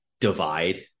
divide